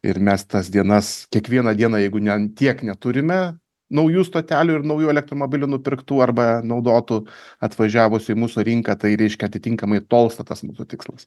ir mes tas dienas kiekvieną dieną jeigu ne ant tiek neturime naujų stotelių ir naujų elektromobilių nupirktų arba naudotų atvažiavusių į mūsų rinką tai reiškia atitinkamai tolsta tas mūsų tikslas